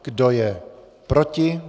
Kdo je proti?